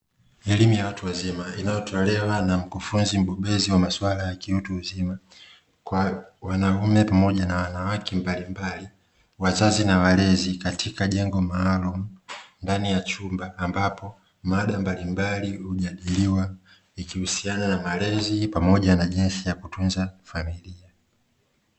Elimu ya watu wazima inayotolewa na mkufunzi mbobezi wa maswala ya kiutu uzima kwa wanaume pamoja na wanawake mbalimbali, wazazi na walezi katika jengo maalumu ndani ya chumba, ambapo mada mbalimbali hujadiliwa ikihusiana na malezi pamoja na jinsi ya kutunza familia.